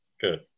Good